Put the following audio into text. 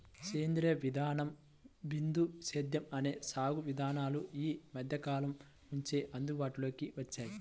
సేంద్రీయ విధానం, బిందు సేద్యం అనే సాగు విధానాలు ఈ మధ్యకాలం నుంచే అందుబాటులోకి వచ్చాయి